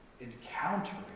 encountering